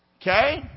Okay